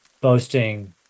boasting